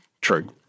True